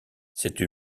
cette